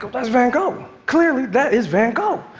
that's van gogh. clearly that is van gogh.